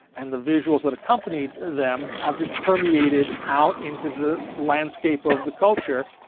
and the visuals that accompanied them, have just permeated out into the landscape of the culture.